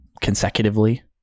consecutively